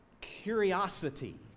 curiosity